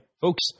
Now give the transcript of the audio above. Folks